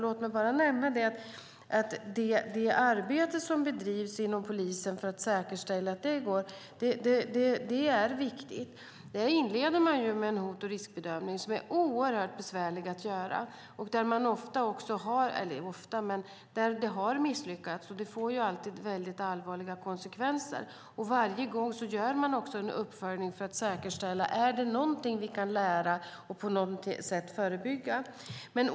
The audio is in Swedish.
Låt mig nämna att det arbete som bedrivs inom polisen för att säkerställa det hela är viktigt. Man inleder med hot och riskbedömning, som är oerhört besvärlig att göra. Där har det misslyckats, och det får alltid allvarliga konsekvenser. Varje gång gör man en uppföljning för att säkerställa: Är det någonting vi kan lära och på något sätt förebygga?